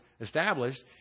established